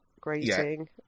grating